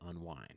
unwind